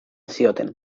zioten